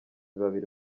babiri